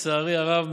לצערי הרב,